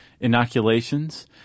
inoculations